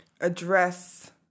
address